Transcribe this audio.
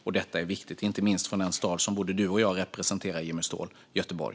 Och det är inte minst viktigt för den stad som både du och jag representerar, Jimmy Ståhl - Göteborg.